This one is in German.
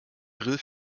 grill